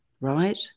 right